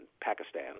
Pakistan